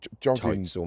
Jogging